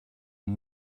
and